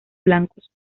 blancos